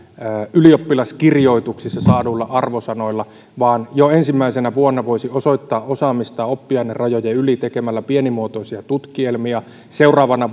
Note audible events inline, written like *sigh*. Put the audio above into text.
ylioppilaskirjoituksissa saaduilla arvosanoilla vaan jo ensimmäisenä vuonna voisi osoittaa osaamista oppiainerajojen yli tekemällä pienimuotoisia tutkielmia seuraavana *unintelligible*